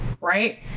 right